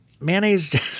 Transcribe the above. mayonnaise